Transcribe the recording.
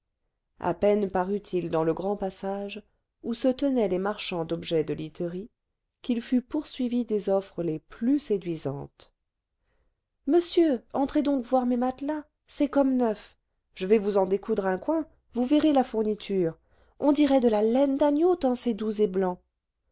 à peine parut-il dans le grand passage où se tenaient les marchands d'objets de literie qu'il fut poursuivi des offres les plus séduisantes monsieur entrez donc voir mes matelas c'est comme neuf je vais vous en découdre un coin vous verrez la fourniture on dirait de la laine d'agneau tant c'est doux et blanc